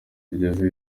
tugeze